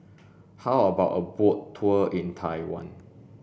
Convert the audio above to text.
how about a boat tour in Taiwan